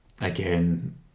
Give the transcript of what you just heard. again